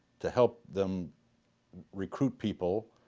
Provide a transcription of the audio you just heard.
to help them recruit people,